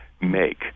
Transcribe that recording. make